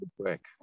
quick